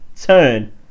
turn